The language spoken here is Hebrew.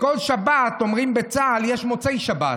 לכל שבת, אומרים בצה"ל, יש מוצאי שבת.